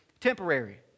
temporary